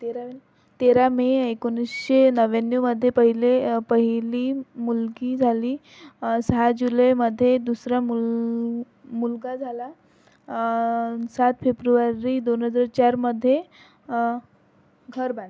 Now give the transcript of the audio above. तेरा तेरा मे एकोणीसशे नव्व्याण्णवमध्ये पहिले पहिली मुलगी झाली सहा जुलैमध्ये दुसरा मुल मुलगा झाला सात फेब्रुवारी दोन हजार चारमध्ये घर बांधले